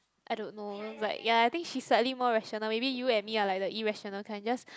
I don't know but ya I think she's slightly more rational maybe you and me are like the irrational kind just